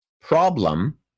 problem